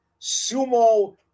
sumo